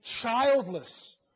childless